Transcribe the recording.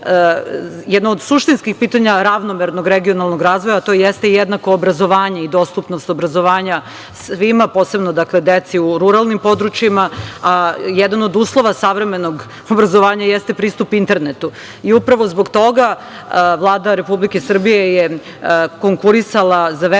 Jedno od suštinskih pitanja ravnomernog regionalnog razvoja, a to jeste jednako obrazovanje i dostupnost obrazovanja svima posebno deci u ruralnim područjima, a jedan od uslova savremenog obrazovanja jeste pristup internetu i upravo zbog toga Vlada Republike Srbije je konkurisala za veliki